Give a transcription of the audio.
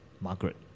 Margaret